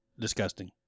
disgusting